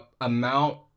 amount